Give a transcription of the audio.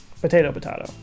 Potato-potato